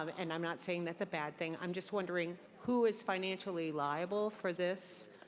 um and i'm not saying that's a bad thing. i'm just wonder ing, who is financially liable for this?